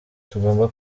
tugomba